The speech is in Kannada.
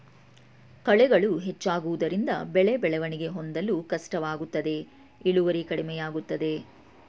ಕಳೆಗಳು ಹೆಚ್ಚಾಗುವುದರಿಂದ ಬೆಳೆ ಬೆಳವಣಿಗೆ ಹೊಂದಲು ಕಷ್ಟವಾಗುತ್ತದೆ ಇಳುವರಿ ಕಡಿಮೆಯಾಗುತ್ತದೆ